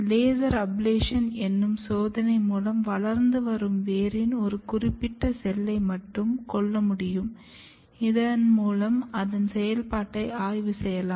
laser ablation என்னும் சோதனை மூலம் வளர்ந்து வரும் வேரின் ஒரு குறிப்பிட்ட செல்லை மட்டும் கொல்ல முடியும் இதன் மூலம் அதன் செயல்பாட்டை ஆய்வு செய்யலாம்